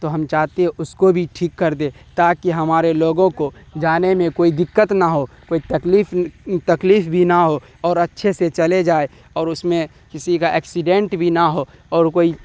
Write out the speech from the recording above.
تو ہم چاہتے ہیں اس کو بھی ٹھیک کر دے تاکہ ہمارے لوگوں کو جانے میں کوئی دقت نہ ہو کوئی تکلیف تکلیف بھی نہ ہو اور اچھے سے چلے جائے اور اس میں کسی کا ایکسیڈنٹ بھی نہ ہو اور کوئی